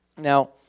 Now